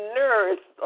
nurse